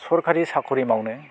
सरकारि साक'रि मावनो